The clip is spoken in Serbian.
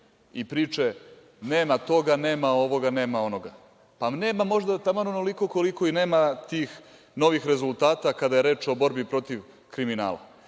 i priče – nema toga, nema ovoga, nema onoga - pa nema možda taman onoliko koliko i nema tih novih rezultata, kada je reč o borbi protiv kriminala,